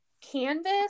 canvas